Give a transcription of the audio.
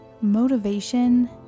motivation